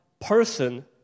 person